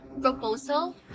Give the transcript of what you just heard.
proposal